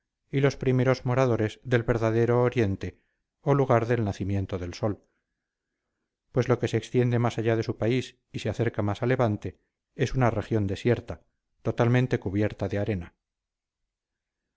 y los primeros moradores del verdadero oriente o lugar del nacimiento del sol pues lo que se extiende más allá de su país y se acerca más a levante es una región desierta totalmente cubierta de arena